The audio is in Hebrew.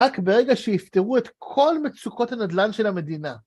רק ברגע שיפתרו את כל מצוקות הנדל"ן של המדינה.